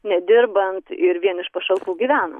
nedirbant ir vien iš pašalpų gyvena